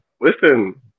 listen